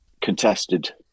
contested